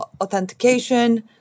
authentication